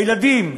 הילדים,